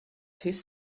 his